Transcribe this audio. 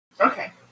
Okay